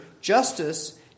justice